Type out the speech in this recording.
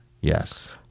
Yes